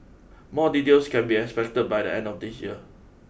more details can be expect by the end of this year